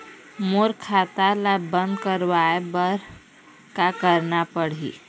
मोर खाता ला बंद करवाए बर का करना पड़ही?